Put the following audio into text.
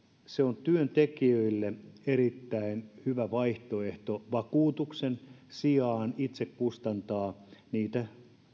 on työntekijöille erittäin hyvä vaihtoehto vakuutuksen sijaan itse kustantaa niitä